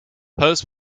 post